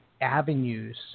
avenues